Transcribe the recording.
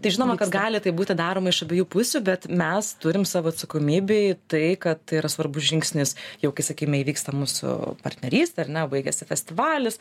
tai žinoma kad gali tai būti daroma iš abiejų pusių bet mes turim savo atsakomybėj tai kad tai yra svarbus žingsnis jau kai sakykim įvyksta mūsų partnerystė ar ne baigėsi festivalis